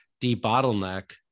de-bottleneck